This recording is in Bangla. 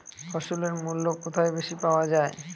ফসলের মূল্য কোথায় বেশি পাওয়া যায়?